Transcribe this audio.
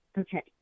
Okay